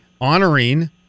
Honoring